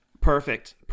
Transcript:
Perfect